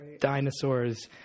dinosaurs